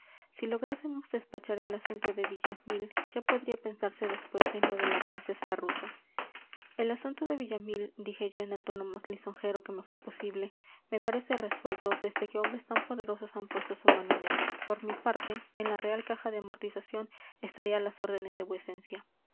si lográsemos despachar el asunto de villamil ya podría pensarse después en lo de la princesa rusa el asunto de villamil dije yo en el tono más lisonjero que me fue posible me parece resuelto desde que hombres tan poderosos han puesto su mano en él por mi parte en la real caja de amortización estaré a las órdenes de